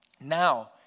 Now